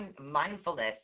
mindfulness